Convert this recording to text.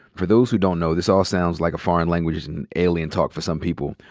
for those who don't know this all sounds like a foreign language and alien talk for some people.